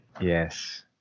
Yes